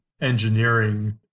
engineering